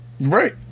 Right